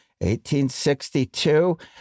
1862